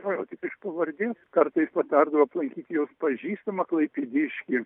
va taip iš pavardės kartais patardavo aplankyti jos pažįstamą klaipėdiškį